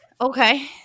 Okay